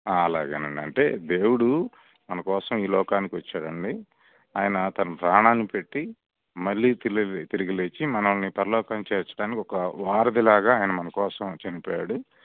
ఆ అలాగేనండి అంటే దేవుడు మనకోసం ఈ లోకానికి వచ్చాడు అండి ఆయన తన ప్రాణాన్ని పెట్టి మళ్ళీ తిరిగి లేచి మనల్ని పరలోకానికి చేర్చడానికి ఒక వారధిలాగ ఆయన మన కోసం చనిపోయాడు